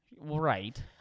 Right